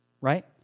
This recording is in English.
Right